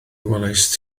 welaist